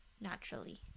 naturally